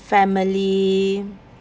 family